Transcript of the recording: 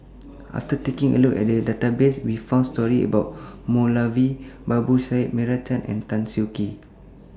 after taking A Look At The Database We found stories about Moulavi Babu Sahib Meira Chand and Tan Siak Kew